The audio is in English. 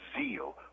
zeal